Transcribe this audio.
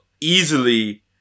easily